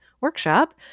workshop